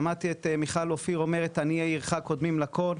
שמעתי את מיכל אופיר אומרת עניי עירך קודמים לכל,